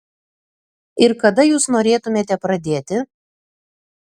ir kada jūs norėtumėte pradėti